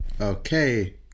Okay